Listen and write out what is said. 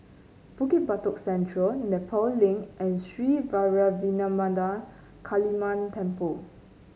Bukit Batok Central Nepal Link and Sri Vairavimada Kaliamman Temple